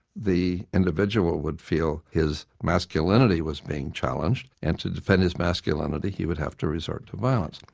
the individual would feel his masculinity was being challenged and to defend his masculinity he would have to resort to violence.